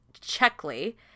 Checkley-